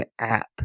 app